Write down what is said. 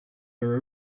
are